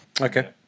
Okay